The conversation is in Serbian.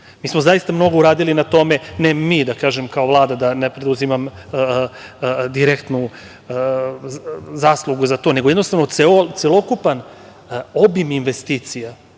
poslove. Zaista mnogo smo uradili na tome, ne mi kao Vlada, da ne preuzimam direktnu zaslugu za to, nego jednostavno celokupan obim investicija